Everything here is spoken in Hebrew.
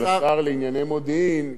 ככל ששר הוא חלק ממערכת,